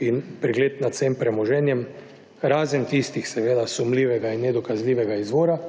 in pregled nad vsem premoženjem, razen tistih seveda sumljivega in nedokazljivega izvora,